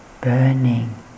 burning